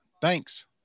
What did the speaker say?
Thanks